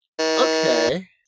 okay